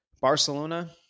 Barcelona